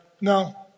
No